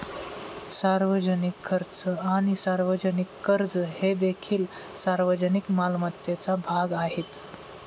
सार्वजनिक खर्च आणि सार्वजनिक कर्ज हे देखील सार्वजनिक मालमत्तेचा भाग आहेत